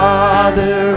Father